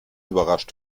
überrascht